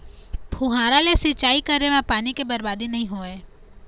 फुहारा ले सिंचई करे म पानी के बरबादी नइ होवय